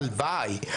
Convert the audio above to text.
הלוואי.